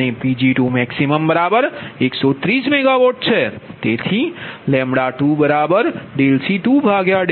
Pg2min22MWઅને Pg2max130MWછે તેથી 2C2Pg20